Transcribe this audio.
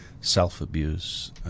self-abuse